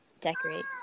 decorate